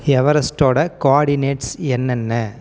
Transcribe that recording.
எவரெஸ்டோடய coordinates என்னென்ன